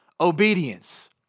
obedience